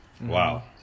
Wow